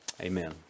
amen